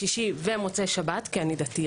שישי ומוצ"ש כי אני דתית